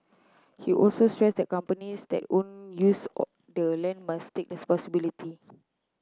he also stressed that companies that own use or the land must take responsibility